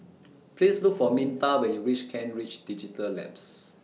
Please Look For Minta when YOU REACH Kent Ridge Digital Labs